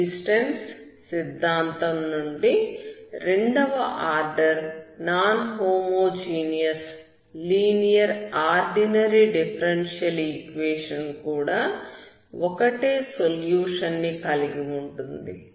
existence సిద్ధాంతం నుండి రెండవ order non homogeneous linear ordinary differential equation కూడా ఒకటే సొల్యూషన్ ని కలిగి ఉంటుంది